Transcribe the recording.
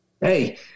Hey